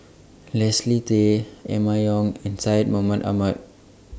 Leslie Tay Emma Yong and Syed Mohamed Ahmed